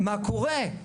מה קורה?